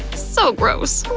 so gross.